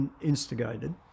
instigated